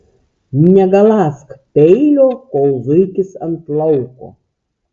negaląsk peilio kol zuikis ant lauko